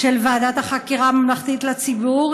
של ועדת החקירה הממלכתית לציבור?